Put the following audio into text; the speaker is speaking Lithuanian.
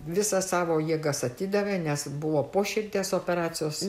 visas savo jėgas atidavė nes buvo po širdies operacijos